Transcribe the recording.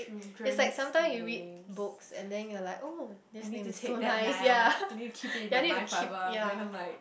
it's like sometimes you read books and then you are like oh this name is so nice ya ya need to keep ya